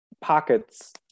pockets